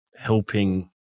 helping